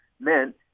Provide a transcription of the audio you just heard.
meant